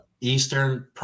Eastern